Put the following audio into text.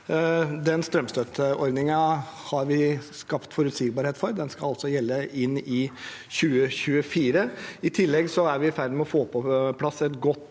Den strømstøtteordningen har vi skapt forutsigbarhet for. Den skal altså gjelde inn i 2024. I tillegg er vi i ferd med å få på plass et godt